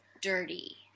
dirty